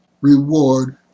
reward